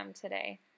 today